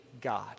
God